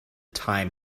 time